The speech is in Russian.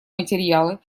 материалы